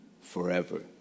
forever